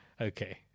okay